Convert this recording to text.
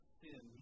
sin